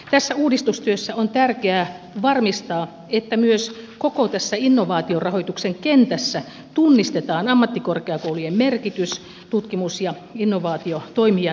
tässä uudistustyössä on tärkeää varmistaa että myös koko tässä innovaatiorahoituksen kentässä tunnistetaan ammattikorkeakoulujen merkitys tutkimus ja innovaatiotoimijana